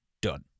done